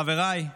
חבריי,